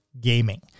gaming